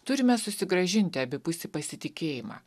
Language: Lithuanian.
turime susigrąžinti abipusį pasitikėjimą